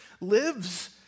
lives